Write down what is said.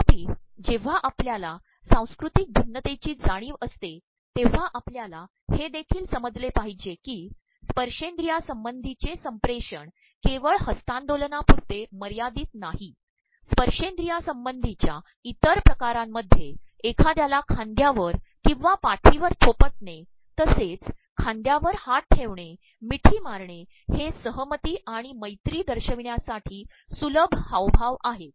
तर्ाप्रप जेव्हा आपल्याला सांस्त्कृततक मभन्नतेची जाणीव असते तेव्हा आपल्याला हे देखील समजले पाद्रहजे की स्त्पशेंद्रियासंबंधीचे संिेषण के वळ हस्त्तांदोलनापुरते मयायद्रदत नाही स्त्पशेंद्रियासंबंधीच्या इतर िकारांमध्ये एखाद्याला खांद्यावर ककंवा पाठीवर र्ोपिणे तसेच खांदयावर हात ठेवणे ममठी मारणे हे सहमती आणण मैरी दशयप्रवण्यासाठी सुलभ हावभाव आहेत